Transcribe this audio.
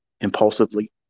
impulsively